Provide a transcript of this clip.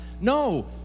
no